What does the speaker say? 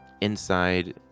Inside